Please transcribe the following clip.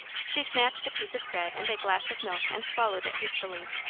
she snatched a piece of bread and a glass of milk, and swallowed it hastily.